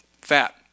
fat